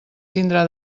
tindrà